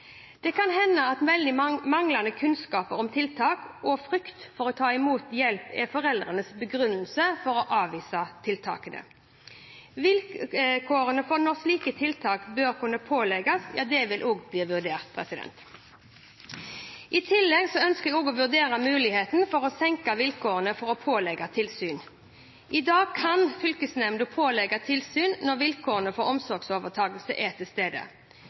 Det kan hende at manglende kunnskap om tiltakene og frykt for å ta imot hjelp er foreldrenes begrunnelse for å avvise tiltakene. Vilkårene for når slike tiltak bør kunne pålegges vil òg bli vurdert. I tillegg ønsker jeg å vurdere muligheten for å senke vilkårene for å pålegge tilsyn. I dag kan fylkesnemnda pålegge tilsyn når vilkårene for omsorgsovertakelse er